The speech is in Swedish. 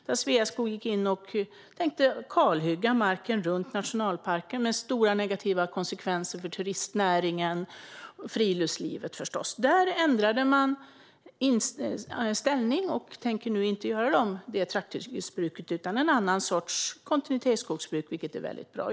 Där tänkte Sveaskog kalhugga marken runt nationalparken med stora, negativa konsekvenser för turistnäringen och förstås friluftslivet men ändrade inställning och tänker nu inte använda trakthyggesbruk utan en annan sorts kontinuitetsskogsbruk, vilket är väldigt bra.